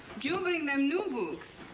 you bring them new books.